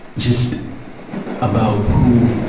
just about who,